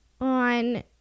On